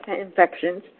infections